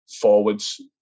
forwards